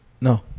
No